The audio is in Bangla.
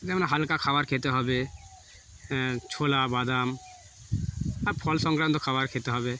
যেমন হালকা খাবার খেতে হবে ছোলা বাদাম আর ফল সংক্রান্ত খাবার খেতে হবে